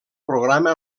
programa